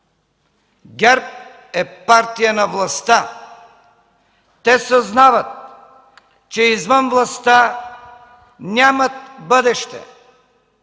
ГЕРБ е партия на властта. Те съзнават, че извън властта нямат бъдеще.